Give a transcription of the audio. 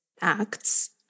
acts